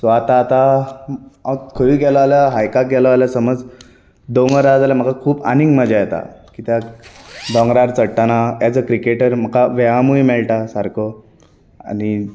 so आतां आतां खंयय गेलो जाल्या हाय्काक गेलो जाल्या समज दोंगर हा जाल्यार म्हाका खूब आनीक मजा येता कित्याक दोंगरार चडटाना एज अ क्रिकेटर म्हाका व्यायामूय मेळटा सारको आनी